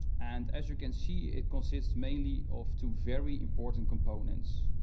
and as you can see, it consists mainly of two very important components.